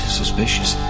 suspicious